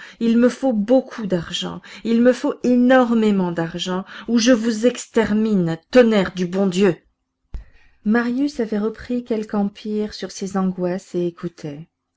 il me faut beaucoup d'argent il me faut énormément d'argent ou je vous extermine tonnerre du bon dieu marius avait repris quelque empire sur ses angoisses et écoutait